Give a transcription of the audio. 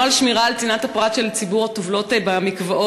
נוהל שמירה על צנעת הפרט של ציבור הטובלות במקוואות